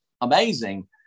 amazing